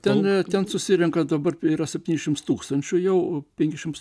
ten ne ten susirenka dabar yra septyniasdešims tūkstančių jau penkis šimts